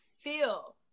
feel